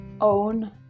own